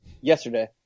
Yesterday